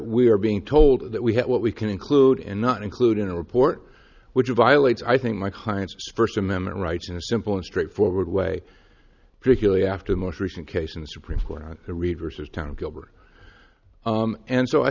we are being told that we have what we can include and not include in a report which violates i think my client's first amendment rights in a simple and straightforward way particularly after the most recent case in the supreme court on the reverse of town gilbert and so i